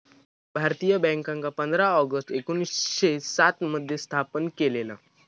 भारतीय बॅन्कांका पंधरा ऑगस्ट एकोणीसशे सात मध्ये स्थापन केलेला